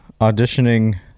auditioning